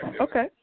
Okay